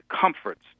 comforts